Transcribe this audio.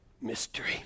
mystery